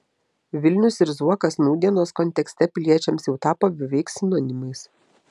vilnius ir zuokas nūdienos kontekste piliečiams jau tapo beveik sinonimais